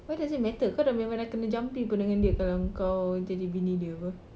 why does it matter kau dah memang dah kena jampi dengan dia kalau kau jadi bini dia apa